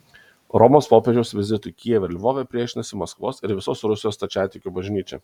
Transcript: romos popiežiaus vizitui kijeve ir lvove priešinasi maskvos ir visos rusijos stačiatikių bažnyčia